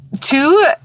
Two